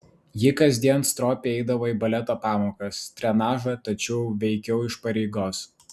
ji kasdien stropiai eidavo į baleto pamokas trenažą tačiau veikiau iš pareigos